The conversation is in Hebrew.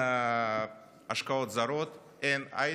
אין השקעות זרות, אין הייטק,